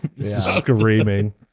Screaming